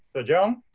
so john,